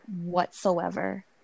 whatsoever